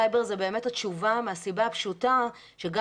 סייבר זו באמת התשובה מהסיבה הפשוטה שגם